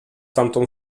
tamtą